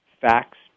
facts